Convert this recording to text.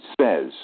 says